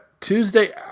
Tuesday